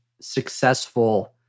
successful